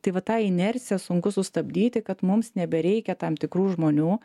tai va tą inerciją sunku sustabdyti kad mums nebereikia tam tikrų žmonių